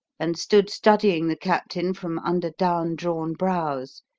and stood studying the captain from under down-drawn brows,